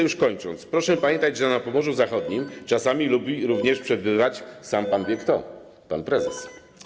Już kończąc: proszę pamiętać, że na Pomorzu Zachodnim czasami lubi również przebywać sam pan wie kto, pan prezes.